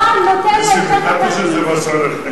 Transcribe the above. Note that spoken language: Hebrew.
הבעל נותן לאשה את הכרטיס,